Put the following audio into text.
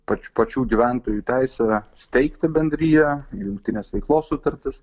pač pačių gyventojų teisę steigti bendriją jungtinės veiklos sutartis